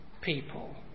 people